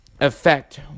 effect